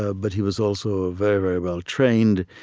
ah but he was also ah very, very well trained,